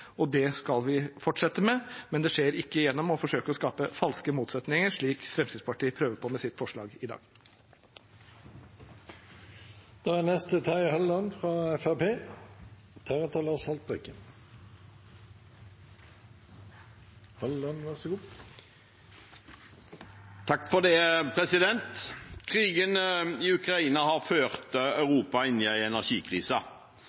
og det skal vi fortsette med. Men det skjer ikke gjennom å forsøke å skape falske motsetninger, slik Fremskrittspartiet prøver på med sitt forslag i dag. Krigen i Ukraina har ført Europa inn i en energikrise, og med et europeisk ønske om å kutte sin avhengighet av russisk gass fører det Norge inn i